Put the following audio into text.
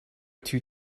too